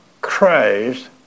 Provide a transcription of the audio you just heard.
Christ